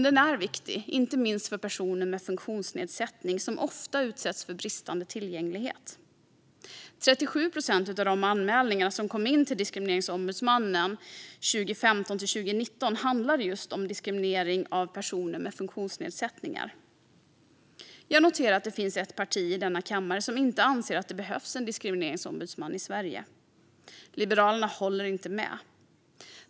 Den är viktig inte minst för personer med funktionsnedsättning som ofta utsätts för bristande tillgänglighet. Av de anmälningar som kom in till Diskrimineringsombudsmannen 2015-2019 handlade 37 procent om just diskriminering av personer med funktionsnedsättningar. Jag noterar att det finns ett parti i denna kammare som inte anser att det behövs en diskrimineringsombudsman i Sverige. Liberalerna håller inte med.